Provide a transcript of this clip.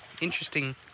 interesting